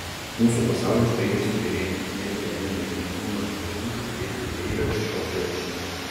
mūsų pasaulis baigia subyrėti nieko jame nebeįmanoma atpažinti vien tik peilio nešiotojo žymę